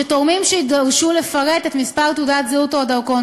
שתורמים שיידרשו לפרט את מספר תעודת הזהות או הדרכון